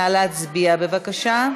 נא להצביע, בבקשה.